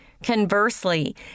Conversely